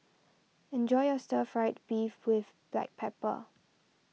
enjoy your Stir Fry Beef with Black Pepper